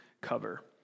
cover